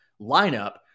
lineup